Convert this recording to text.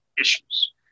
issues